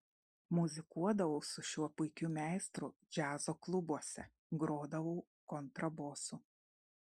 muzikuodavau su šiuo puikiu meistru džiazo klubuose grodavau kontrabosu